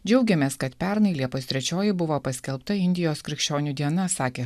džiaugiamės kad pernai liepos trečioji buvo paskelbta indijos krikščionių diena sakė